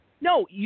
No